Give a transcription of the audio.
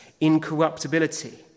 incorruptibility